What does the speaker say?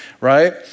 right